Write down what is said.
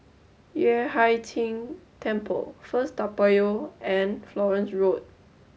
Yueh Hai Ching Temple First Toa Payoh and Florence Road